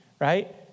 right